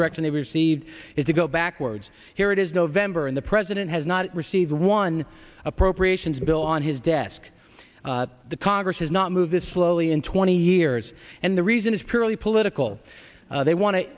direction they received is to go backwards here it is november and the president has not received one appropriations bill on his desk the congress has not moved this slowly in twenty years and the reason is purely political they wan